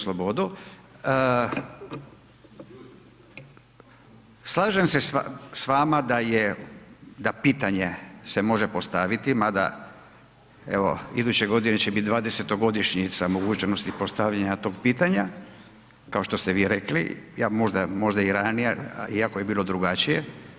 Slažem se s vama da pitanja se može postaviti mada evo, iduće godine će biti 20-godišnjica mogućnosti postavljanja tog pitanja kao što ste vi rekli, ja možda i ranije, iako je bilo drugačije.